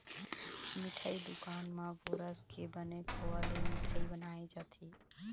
मिठई दुकान म गोरस के बने खोवा ले मिठई बनाए जाथे